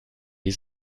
die